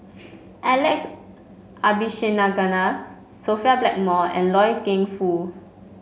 Alex Abisheganaden Sophia Blackmore and Loy Keng Foo